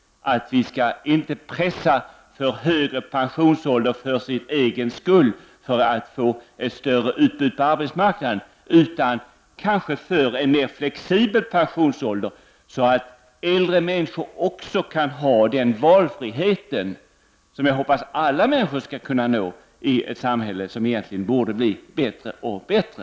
Vi skall inte pressa upp en högre pensionsålder för dess egen skull, för att få ett större utbud på arbetsmarknaden, utan för att få en mer flexibel pensionsålder, så att äldre människor också kan ha den valfrihet som jag hoppas att alla människor skall kunna nå i ett samhälle som egentligen borde bli bättre och bättre.